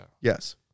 Yes